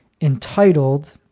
entitled